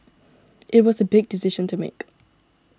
it was a big decision to make